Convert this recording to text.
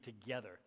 together